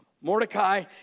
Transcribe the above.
Mordecai